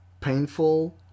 Painful